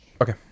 Okay